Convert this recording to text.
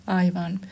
Aivan